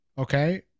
okay